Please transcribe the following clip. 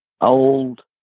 old